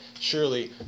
surely